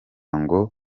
ngo